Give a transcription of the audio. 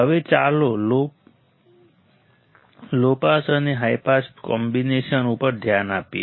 હવે ચાલો low pass અને હાઈ પાસ કોમ્બિનેશન ઉપર ધ્યાન આપીએ